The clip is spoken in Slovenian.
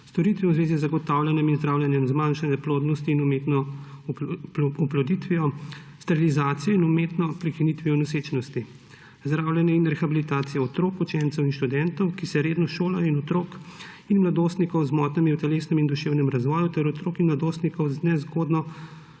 storitve v zvezi z zagotavljanjem in zdravljenjem zmanjšane plodnosti in umetno oploditvijo, sterilizacijo in umetno prekinitvijo nosečnosti, zdravljenje in rehabilitacijo otrok, učencev in študentov, ki se redno šolajo, in otrok in mladostnikov z motnjami v telesnem in duševnem razvoju ter otrok in mladostnikov z nezgodno